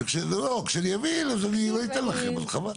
כשאני אבין אני לא אתן לכם, אז חבל.